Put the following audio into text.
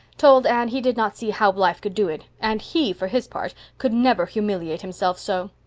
told anne he did not see how blythe could do it, and he, for his part, could never humiliate himself so.